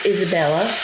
Isabella